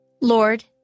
Lord